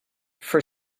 for